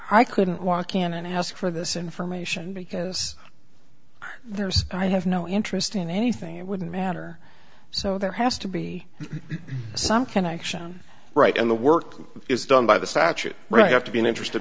i couldn't walk in and ask for this information because there's i have no interest in anything it wouldn't matter so there has to be some connection right and the work is done by the statute right have to be an interest